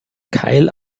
keil